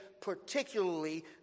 particularly